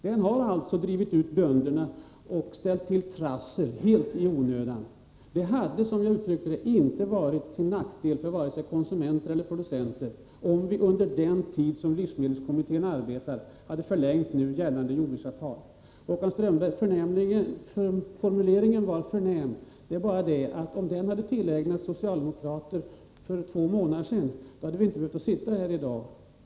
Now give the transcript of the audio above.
Propositionen har drivit ut bönderna och ställt till trassel helt i onödan. Det hade, som jag uttryckte det, inte varit till nackdel för vare sig konsumenter eller producenter, om vi under den tid som livsmedelskommittén arbetar hade förlängt nu gällande jordbruksavtal. Håkan Strömbergs formulering var förnäm. Men om den hade tillägnats socialdemokraterna för två månader sedan, hade vi inte behövt diskutera här i dag.